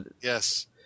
yes